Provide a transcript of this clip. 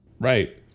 Right